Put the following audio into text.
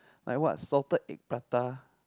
like what salted egg prata